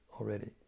already